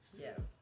Yes